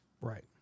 Right